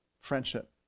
friendship